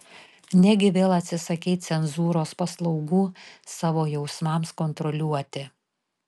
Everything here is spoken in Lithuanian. negi vėl atsisakei cenzūros paslaugų savo jausmams kontroliuoti